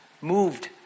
moved